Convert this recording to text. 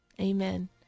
amen